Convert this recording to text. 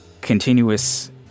continuous